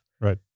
Right